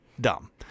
dumb